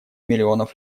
миллионов